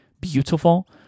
beautiful